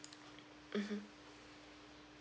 mmhmm